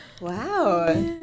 wow